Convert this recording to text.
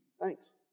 Thanks